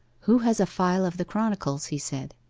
who has a file of the chronicles he said.